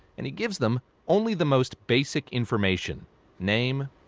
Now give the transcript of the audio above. and he gives them only the most basic information name,